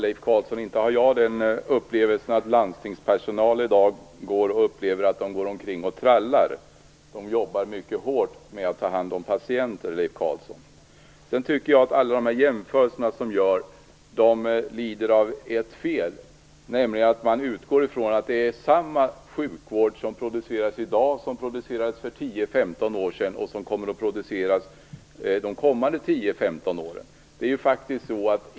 Fru talman! Jag upplever inte att landstingspersonal i dag går omkring och trallar. De arbetar mycket hårt med att ta hand om patienter, Leif Carlson. Sedan tycker jag att alla jämförelser som Leif Carlsson gör lider av ett fel. Han utgår ifrån att det är samma sjukvård som produceras i dag som producerades för 10-15 år sedan och som kommer att produceras under de kommande 10-15 åren.